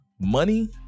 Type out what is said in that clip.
money